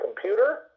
computer